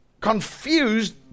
confused